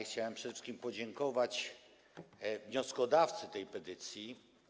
Chciałem przede wszystkim podziękować wnioskodawcy tej petycji.